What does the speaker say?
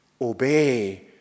Obey